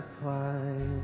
climb